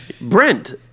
Brent